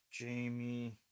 Jamie